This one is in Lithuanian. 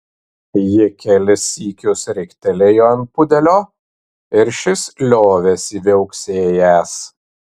ji kelis sykius riktelėjo ant pudelio ir šis liovėsi viauksėjęs